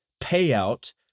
payout